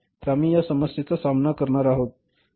तर आम्ही या समस्येचा सामना करणार आहोत